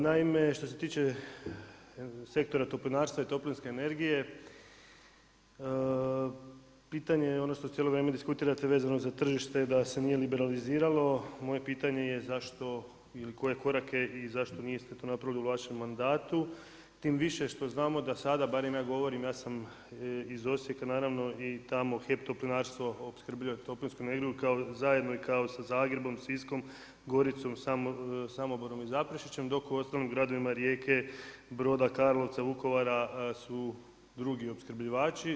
Naime, što se tiče sektora toplinarstva i toplinske energije pitanje odnosno cijelo vrijeme diskutirate vezano za tržište da se nije liberaliziralo, moje pitanje je zašto ili koje korake i zašto niste to napravili u vašem mandatu, tim više što znamo da sada barem ja govorim, ja sam iz Osijeka i tamo HEP Toplinarstvo opskrbljuje toplinsku energiju kao zajedno i kao sa Zagrebom, Siskom, Goricom, Samoborom i Zaprešićem dok uostalom gradovima Rijeke, Broda, Karlovca, Vukovara su drugi opskrbljivači.